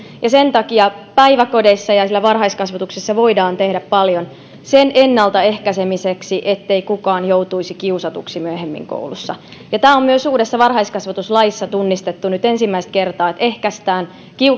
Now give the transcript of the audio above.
sen takia päiväkodeissa ja varhaiskasvatuksessa voidaan tehdä paljon sen ennaltaehkäisemiseksi ettei kukaan joutuisi kiusatuksi myöhemmin koulussa tämä on myös uudessa varhaiskasvatuslaissa tunnistettu nyt ensimmäistä kertaa että ehkäistään